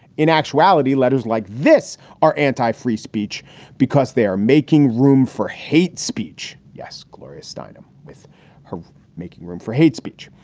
in actuality, letters like this are anti free speech because they are making room for hate speech. yes, gloria steinem with her making room for hate speech.